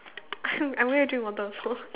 I going drink water also